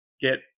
get